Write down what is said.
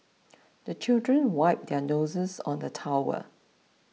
the children wipe their noses on the towel